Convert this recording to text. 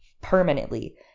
permanently